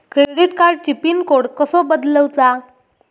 Credit कार्डची pin code कसो बदलुचा?